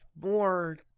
more